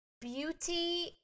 beauty